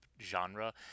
genre